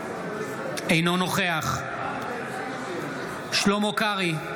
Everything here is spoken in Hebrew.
אינו נוכח שלמה קרעי,